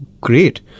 great